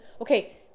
Okay